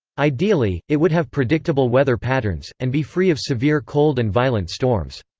ideally, it would have predictable weather patterns, and be free of severe cold and violent storms.